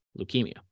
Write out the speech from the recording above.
leukemia